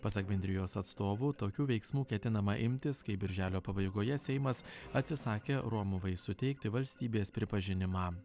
pasak bendrijos atstovų tokių veiksmų ketinama imtis kai birželio pabaigoje seimas atsisakė romuvai suteikti valstybės pripažinimą